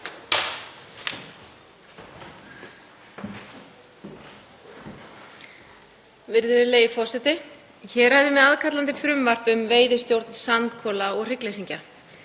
Virðulegi forseti. Hér ræðum við aðkallandi frumvarp um veiðistjórn sandkola og hryggleysingja.